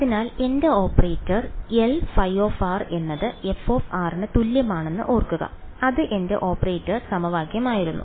അതിനാൽ എന്റെ operator Lϕ എന്നത് f ന് തുല്യമാണെന്ന് ഓർക്കുക അത് എന്റെ ഓപ്പറേറ്റർ സമവാക്യമായിരുന്നു